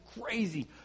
crazy